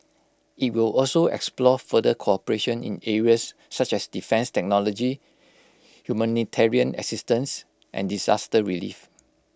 IT will also explore further cooperation in areas such as defence technology humanitarian assistance and disaster relief